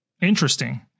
interesting